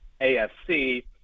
AFC